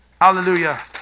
Hallelujah